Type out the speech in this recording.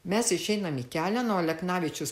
mes išeinam į kelią nu aleknavičius